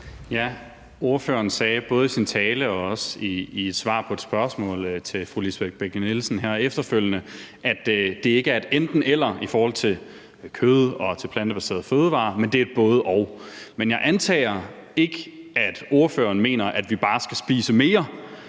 Ordføreren sagde både i sin tale og også i et svar på et spørgsmål til fru Lisbeth Bech-Nielsen her efterfølgende, at det ikke er et enten-eller i forhold til kød eller plantebaserede fødevarer, men at det er et både-og. Men jeg antager ikke, at ordføreren mener, at vi bare skal spise mere.